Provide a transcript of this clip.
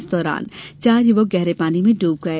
इस दौरान चार युवक गहरे पानी में डूब गये